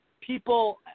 people